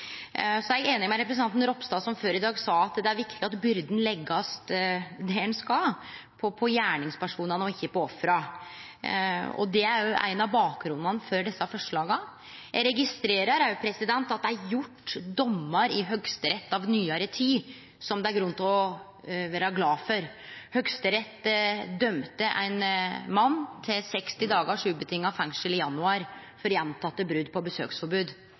er einig med representanten Ropstad, som før i dag sa at det er viktig at byrden blir lagt der han skal – på gjerningspersonane, og ikkje på ofra. Det er også ein av bakgrunnane for desse forslaga. Eg registrerer også at det er falle dommar i Høgsterett i nyare tid som det er grunn til å vere glad for. Høgsterett dømde i januar ein mann til 60 dagars fengsel på vilkår for gjentekne brot på besøksforbod. Det